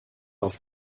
auf